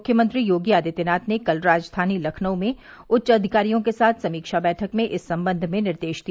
मुख्यमंत्री योगी आदित्यनाथ ने कल राजधानी लखनऊ में उच्चाधिकारियों के साथ समीक्षा बैठक में इस संबंध में निर्देश दिया